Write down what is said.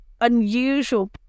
unusual